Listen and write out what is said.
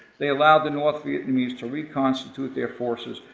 they allowed the north vietnamese to reconstitute their forces,